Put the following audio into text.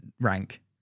rank